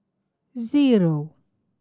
zero